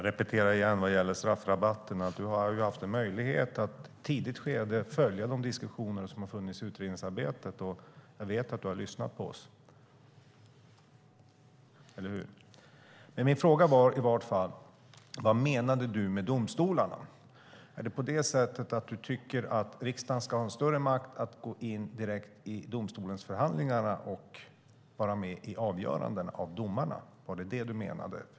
Herr talman! Vad gäller straffrabatterna vill jag repetera att Kent Ekeroth har haft möjlighet att under ett tidigt skede följa de diskussioner som förts under utredningsarbetet. Jag vet att du har lyssnat på oss. Eller hur? Min fråga var vad du menade när det gällde domstolarna. Tycker du att riksdagen ska ha större makt att gå in direkt i domstolens förhandlingar och vara med i avgörandena av domarna? Var det detta du menade?